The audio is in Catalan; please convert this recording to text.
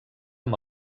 amb